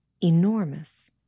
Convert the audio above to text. enormous